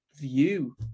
view